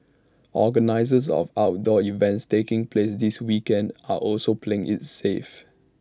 organisers of outdoor events taking place this weekend are also playing IT safe